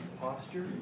posture